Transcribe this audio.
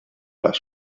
las